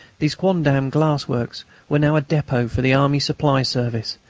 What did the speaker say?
these quondam glass-works were now a depot for the army supply service,